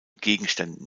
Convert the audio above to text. gegenständen